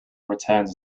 returns